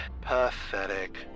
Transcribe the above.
Pathetic